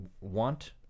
want